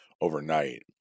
overnight